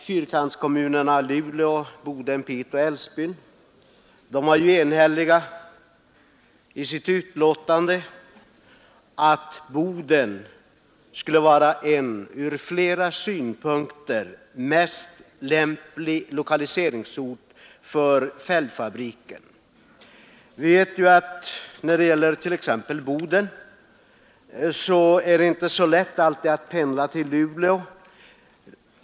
Fyrkantskommunerna — Luleå, Boden, Piteå och Älvsbyn — var enhälliga i sitt utlåtande att Boden skulle vara den ur flera synpunkter mest lämpliga lokaliseringsorten för fälgfabriken. Det är exempelvis inte alltid så lätt att pendla mellan Boden och Luleå.